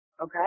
okay